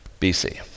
BC